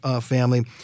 family